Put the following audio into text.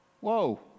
Whoa